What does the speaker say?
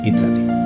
Italy